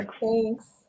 Thanks